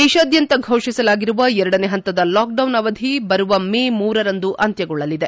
ದೇಶಾದ್ಯಂತ ಫೋಷಿಸಲಾಗಿರುವ ಎರಡನೇ ಹಂತದ ಲಾಕ್ಡೌನ್ ಅವಧಿ ಬರುವ ಮೇ ಖ ರಂದು ಅಂತ್ಯಗೊಳ್ಳಲಿದೆ